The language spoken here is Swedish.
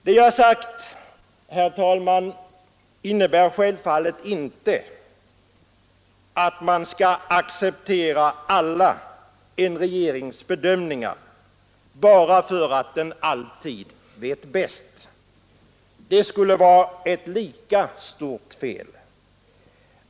Det jag sagt, herr talman, innebär självfallet inte att man skall acceptera alla en regerings bedömningar bara därför att den alltid vet bäst. Det skulle vara ett lika stort fel.